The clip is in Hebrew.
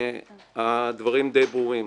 והדברים די ברורים.